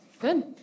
Good